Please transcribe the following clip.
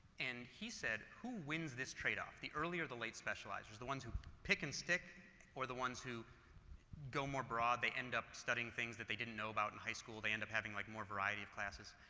and he said who win this tradeoff the early or the late specializers? the one's who pick and stick or the ones who go more broad, they end up studying things that they didn't know about in high school, they end up having like more of a variety of classes.